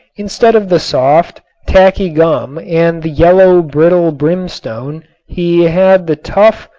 instead of the soft tacky gum and the yellow, brittle brimstone he had the tough,